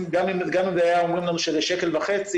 גם אם היו אומרים לנו שזה עולה שקל וחצי,